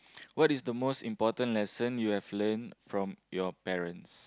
what is the most important lesson you have learnt from your parents